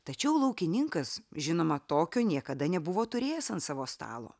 tačiau laukininkas žinoma tokio niekada nebuvo turėjęs ant savo stalo